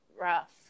rough